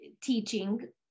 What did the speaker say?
teaching